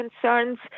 concerns